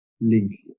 link